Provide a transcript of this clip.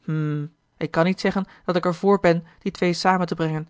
hm ik kan niet zeggen dat ik er voor ben die twee samen te brengen